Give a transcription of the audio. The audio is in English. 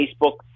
Facebook